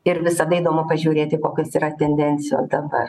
ir visada įdomu pažiūrėti kokios yra tendencijos dabar